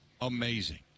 amazing